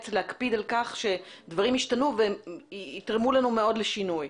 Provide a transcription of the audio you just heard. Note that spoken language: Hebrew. להקפיד על כך שדברים ישתנו והם יתרמו לנו מאוד לשינוי.